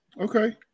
Okay